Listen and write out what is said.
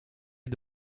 est